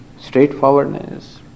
straightforwardness